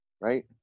right